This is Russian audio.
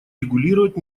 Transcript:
регулировать